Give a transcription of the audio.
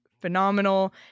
phenomenal